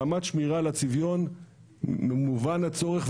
ברמת שמירה על הצביון מובן הצורך,